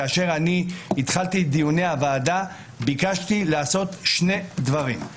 וכאשר אני התחלתי את דיוני הוועדה ביקשתי לעשות שני דברים.